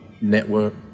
network